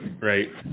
right